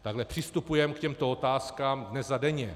Takhle přistupujeme k těmto otázkám dnes a denně.